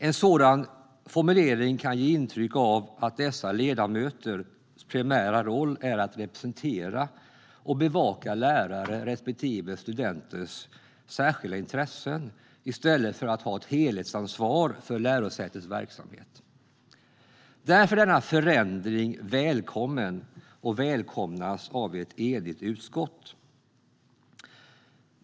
En sådan formulering kan ge intryck av att dessa ledamöters primära roll är att representera och bevaka lärares respektive studenters särskilda intressen i stället för att ha ett helhetsansvar för lärosätets verksamhet. Därför välkomnas denna förändring av ett enigt utskott.